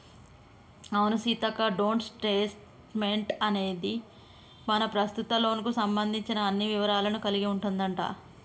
అవును సీతక్క డోంట్ స్టేట్మెంట్ అనేది మన ప్రస్తుత లోన్ కు సంబంధించిన అన్ని వివరాలను కలిగి ఉంటదంట